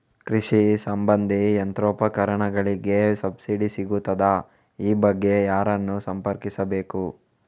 ಕೃಷಿ ಸಂಬಂಧಿ ಯಂತ್ರೋಪಕರಣಗಳಿಗೆ ಸಬ್ಸಿಡಿ ಸಿಗುತ್ತದಾ? ಈ ಬಗ್ಗೆ ಯಾರನ್ನು ಸಂಪರ್ಕಿಸಬೇಕು?